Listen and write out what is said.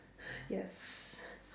yes